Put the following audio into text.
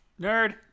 Nerd